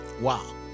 Wow